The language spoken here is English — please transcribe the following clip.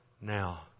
now